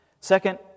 Second